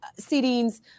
seedings